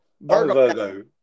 virgo